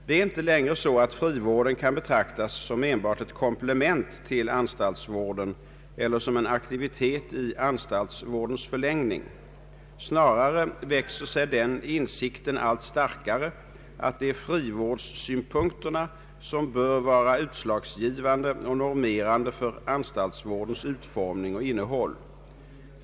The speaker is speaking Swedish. Det är inte längre så att frivården kan betraktas som enbart ett komplement till anstaltsvården eller som en aktivitet i anstaltsvårdens förlängning. Snarare växer sig den insikten allt starkare att det är frivårdssynpunkterna som bör vara utslagsgivande och normerande för anstaltsvårdens utformning och innehåll.